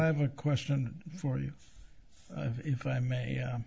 to have a question for you if i may